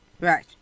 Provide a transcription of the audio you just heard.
Right